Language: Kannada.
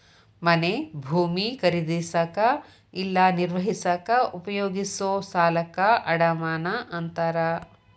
ಮನೆ ಭೂಮಿ ಖರೇದಿಸಕ ಇಲ್ಲಾ ನಿರ್ವಹಿಸಕ ಉಪಯೋಗಿಸೊ ಸಾಲಕ್ಕ ಅಡಮಾನ ಅಂತಾರ